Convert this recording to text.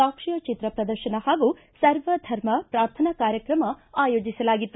ಸಾಕ್ಷ್ಟಚಿತ್ರ ಪ್ರದರ್ಶನ ಹಾಗೂ ಸರ್ವಧರ್ಮ ಪ್ರಾರ್ಥನಾ ಕಾರ್ಯತ್ರಮ ಆಯೋಜಿಸಲಾಗಿತ್ತು